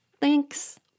Thanks